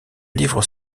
livre